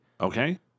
Okay